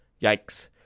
Yikes